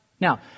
Now